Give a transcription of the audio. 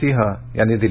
सिंह यांनी दिले